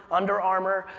under armour,